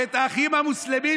ואת האחים המוסלמים,